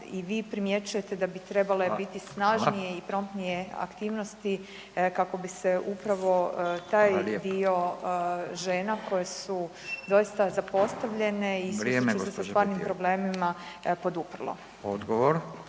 i vi primjećujete da bi trebale biti snažnije i promptnije aktivnosti kako bi se upravo taj dio žena koje su doista zapostavljene i susreću se sa stvarnim problemima poduprlo. **Radin,